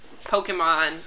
Pokemon